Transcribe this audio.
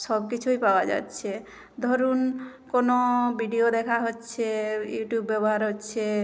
সব কিছুই পাওয়া যাচ্ছে ধরুন কোনো ভিডিও দেখা হচ্ছে ইউটিউব ব্যবহার হচ্ছে